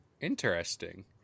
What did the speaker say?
Interesting